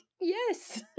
Yes